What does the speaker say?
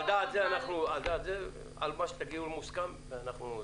מה שתסכימו ביניכם מוסכם עלינו.